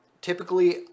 typically